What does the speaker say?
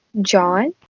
John